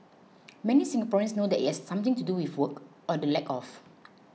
many Singaporeans know that it has something to do with work or the lack of